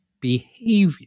behavior